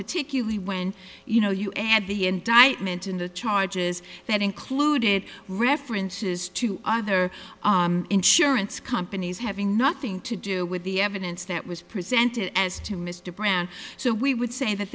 particularly when you know you had the indictment in the charges that included references to other insurance companies having nothing to do with the evidence that was presented as to mr brown so we would say that